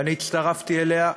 והצטרפתי אליה.